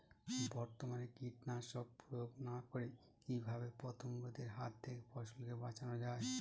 বর্তমানে কীটনাশক প্রয়োগ না করে কিভাবে পতঙ্গদের হাত থেকে ফসলকে বাঁচানো যায়?